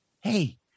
hey